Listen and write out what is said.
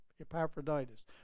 Epaphroditus